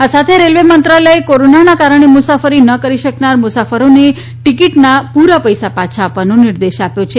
આ સાથે રેલ્વે મંત્રાલયે કોરોનાનાં કારણે મુસાફરી ન કરી શકનાર મુસાફરોને ટીકીટનાં પૂરા પૈસા પાછા આપવાનો નિર્દેશ આપ્યો છે